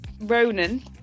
Ronan